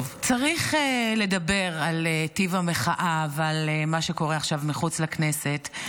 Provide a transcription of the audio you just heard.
צריך לדבר על טיב המחאה ועל מה שקורה עכשיו מחוץ לכנסת.